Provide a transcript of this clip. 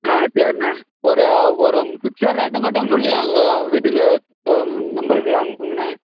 ஆ சரிண்ணே ஒரு ஒரு ஃபிக்ஸட் ரேட்டை மட்டும் சொல்லி எனக்கு வீட்டுக்கு நம்பருக்கு அனுப்புங்கண்ணே